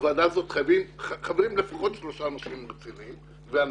בוועדה הזאת חברים לפחות שלושה אנשים רציניים והנציב.